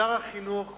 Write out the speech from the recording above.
ושר החינוך